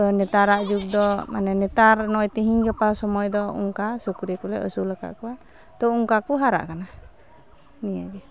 ᱛᱳ ᱱᱮᱛᱟᱨᱟᱜ ᱡᱩᱜᱽᱫᱚ ᱢᱟᱱᱮ ᱱᱮᱛᱟᱨ ᱱᱚᱜᱼᱚᱭ ᱛᱮᱦᱤᱧᱼᱜᱟᱯᱟ ᱥᱚᱢᱚᱭᱫᱚ ᱚᱱᱠᱟ ᱥᱩᱠᱨᱤᱠᱚᱞᱮ ᱟᱹᱥᱩᱞᱟᱠᱟᱫ ᱠᱚᱣᱟ ᱛᱚ ᱚᱱᱠᱟᱠᱚ ᱦᱟᱨᱟᱜ ᱠᱟᱱᱟ ᱱᱤᱭᱟᱹᱜᱮ